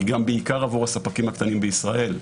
היא גם בעיקר עבור הספקים הקטנים בישראל,